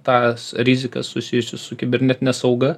tas rizikas susijusias su kibernetine sauga